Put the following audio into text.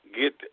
get